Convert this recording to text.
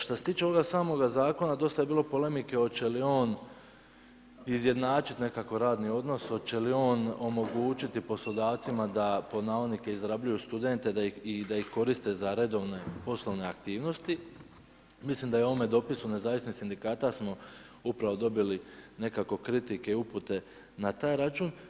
Što se tiče ovoga samoga zakona, dosta je bilo polemike hoće li on izjednačit nekako radni odnos, hoće li on omogućiti poslodavcima da izrabljuju studente i da ih koriste za redovne poslovne aktivnosti, mislim da u ovome dopisu nezavisnih sindikata smo upravo dobili nekako kritike i upute na taj račun.